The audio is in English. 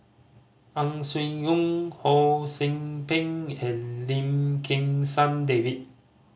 Ang Swee Aun Ho See Beng and Lim Kim San David